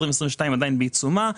כי 2022 עדיין בעיצומה,